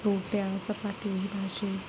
रोट्या चपाती भाजी